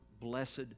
blessed